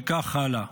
וכך הלאה.